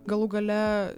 galų gale